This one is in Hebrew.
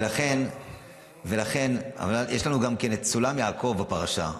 ולכן יש לנו גם את סולם יעקב בפרשה.